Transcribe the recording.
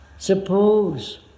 Suppose